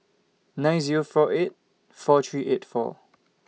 nine Zero four eight four three eight four